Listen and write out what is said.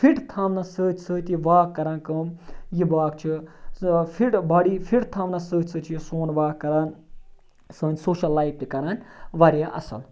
fit تھاونَس سۭتۍ سۭتۍ یہِ واک کَران کٲم یہِ واک چھُ فِٹ باڈی فِٹ تھاونَس سۭتۍ سۭتۍ چھُ یہِ سون واک کَران سٲنۍ سوشَل لایف تہِ کَران واریاہ اَصٕل